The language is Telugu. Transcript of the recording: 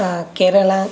కేరళ